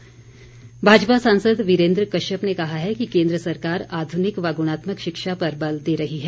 वीरेन्द्र कश्यप भाजपा सांसद वीरेन्द्र कश्यप ने कहा है कि केन्द्र सरकार आधुनिक व गुणात्मक शिक्षा पर बल दे रही है